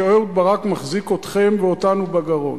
או שאהוד ברק מחזיק אתכם ואותנו בגרון?